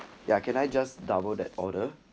ya can I just double that order